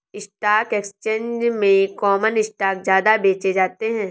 stock exchange में common stock ज्यादा बेचे जाते है